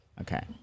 Okay